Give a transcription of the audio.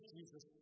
Jesus